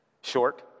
short